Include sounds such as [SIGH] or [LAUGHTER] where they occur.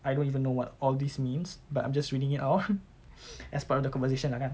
I don't even know what all this means but I'm just reading it out [LAUGHS] as part of the conversation lah kan